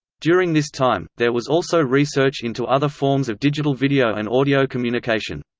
during this time, there was also research into other forms of digital video and audio communication.